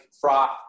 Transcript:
froth